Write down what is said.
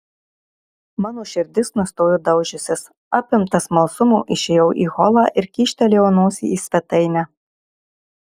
mano širdis nustojo daužiusis apimtas smalsumo išėjau į holą ir kyštelėjau nosį į svetainę